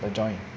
the joint ah